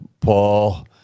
Paul